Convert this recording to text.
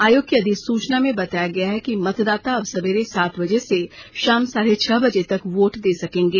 आयोग की अधिसूचना में बताया गया है कि मतदाता अब सवेरे सात बजे से शाम साढे छह बजे तक वोट दे सकेंगे